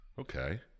Okay